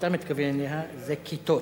שאתה מתכוון אליה, זה כִּתות.